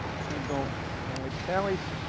so, you go palis palis.